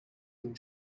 and